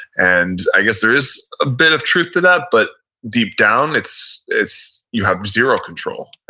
and i guess there is a bit of truth to that, but deep down it's it's you have zero control,